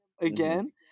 again